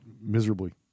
Miserably